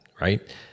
Right